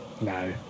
No